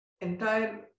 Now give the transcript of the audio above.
entire